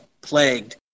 plagued